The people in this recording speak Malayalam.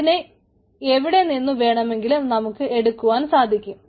അതിനെ എവിടെ നിന്നു വേണമെങ്കിലും നമുക്ക് എടുക്കുവാൻ സാധിക്കും